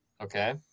okay